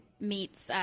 meets